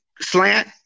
slant